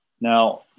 Now